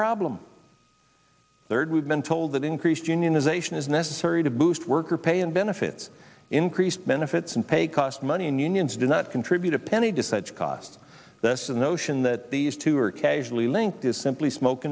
problem third we've been told that increased unionization is necessary to boost worker pay and benefits increased benefits and pay costs money and unions do not contribute a penny to such cause this and notion that these two are casually linked is simply smoke